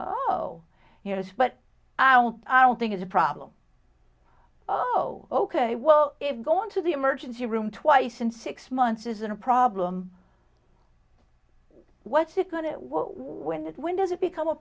no you know but i don't i don't think it's a problem oh ok well if going to the emergency room twice in six months isn't a problem what's it going to when that when does it become a